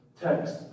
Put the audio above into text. text